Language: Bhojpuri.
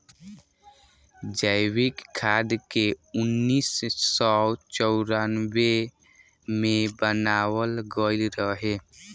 जैविक खाद के उन्नीस सौ चौरानवे मे बनावल गईल रहे